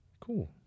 cool